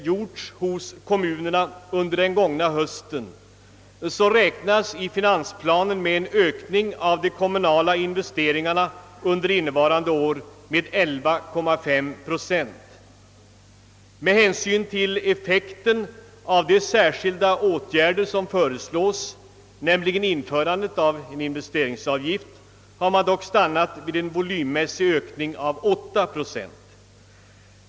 gjorts hos kommunerna under den gångna hösten räknar man i finansplanen med en ökning av de kommunala investeringarna på 11,5 procent under innevarade år. Med hänsyn till effekten av de särskilda åtgärder som föreslås, införandet av en invevsteringsavgift, har man dock stannat vid en volymmässig ökning på 8 procent.